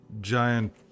giant